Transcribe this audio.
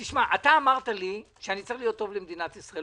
אתה אמרת לי שאני צריך להיות טוב למדינת ישראל.